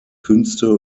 künste